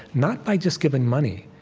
not by just giving money,